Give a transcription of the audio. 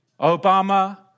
Obama